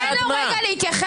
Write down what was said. תן לו רגע להתייחס.